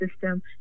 system